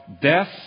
death